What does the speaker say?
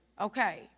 Okay